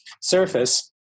surface